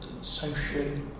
socially